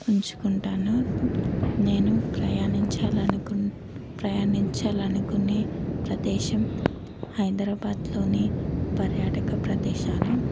ఉంచుకుంటాను నేను ప్రయాణించాలనుకు ప్రయాణించాలనుకునే ప్రదేశం హైదరబాద్లోని పర్యాటక ప్రదేశాలు